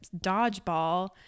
dodgeball